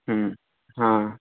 ह्म्म हँ